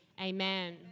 amen